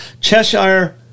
Cheshire